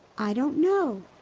i don't know.